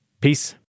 Peace